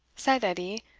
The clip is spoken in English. said edie,